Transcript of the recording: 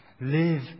Live